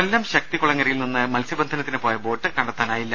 കൊല്ലം ശക്തികുളങ്ങരയിൽ നിന്ന് മത്സ്യബന്ധനത്തിന് പോയ ബോട്ട് കണ്ടെത്താനായില്ല